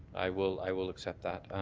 i will i will accept that.